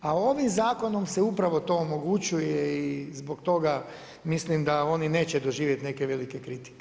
A ovim zakonom se upravo to omogućuje i zbog toga mislim da oni neće doživjeti neke velike kritike.